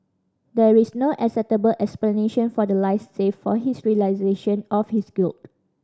there is no acceptable explanation for the lies save for his realisation of his guilt